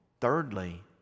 Thirdly